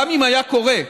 גם אם היה קורה,